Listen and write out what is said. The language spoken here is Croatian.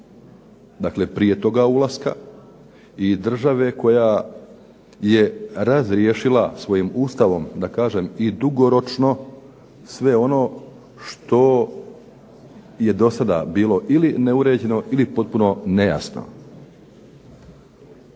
dakle prije toga ulaska i države koja je razriješila svojim Ustavom i dugoročno sve ono što je do sada bilo ili neuređeno ili potpuno nejasno.